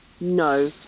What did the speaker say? no